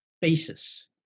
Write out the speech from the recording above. basis